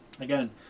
Again